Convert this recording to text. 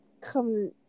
come